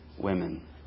women